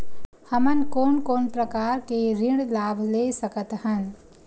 हमन कोन कोन प्रकार के ऋण लाभ ले सकत हन?